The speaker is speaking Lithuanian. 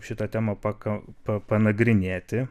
šita tema paka panagrinėti